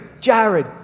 Jared